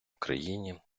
україні